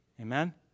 Amen